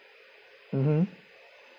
mmhmm